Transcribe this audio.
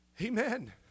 Amen